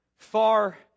Far